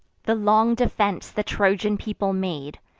the long defense the trojan people made,